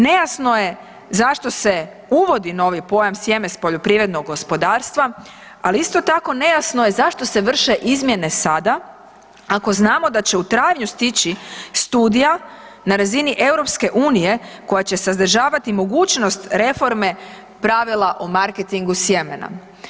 Nejasno je zašto se uvodi novi pojam „sjeme s poljoprivrednog gospodarstva“, ali isto tako nejasno je zašto se vrše izmjene sada ako znamo da će u travnju stići studija na razini EU koja će sadržavati mogućnost reforme pravila o marketingu sjemena?